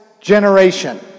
generation